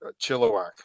Chilliwack